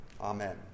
Amen